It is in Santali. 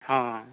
ᱦᱮᱸ